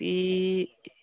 बे